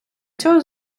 цього